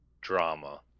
drama